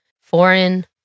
foreign